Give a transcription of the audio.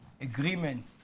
agreement